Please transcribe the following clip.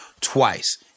twice